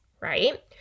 right